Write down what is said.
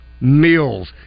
Meals